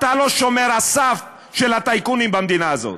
אתה לא שומר הסף של הטייקונים במדינה הזאת.